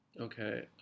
Okay